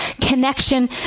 connection